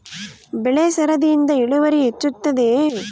ಬೆಳೆ ಸರದಿಯಿಂದ ಇಳುವರಿ ಹೆಚ್ಚುತ್ತದೆಯೇ?